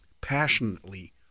passionately